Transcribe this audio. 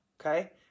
okay